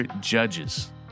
judges